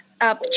up